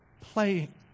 playing